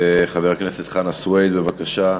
חבר הכנסת חנא סוייד, בבקשה,